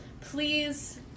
please